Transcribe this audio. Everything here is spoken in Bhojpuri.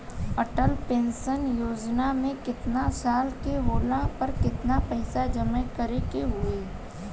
अटल पेंशन योजना मे केतना साल के होला पर केतना पईसा जमा करे के होई?